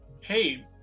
hey